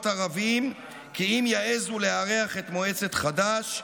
ערבים כי אם יעזו לארח את מועצת חד"ש,